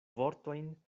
vortojn